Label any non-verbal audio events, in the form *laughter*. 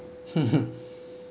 *laughs*